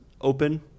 open